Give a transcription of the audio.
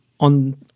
on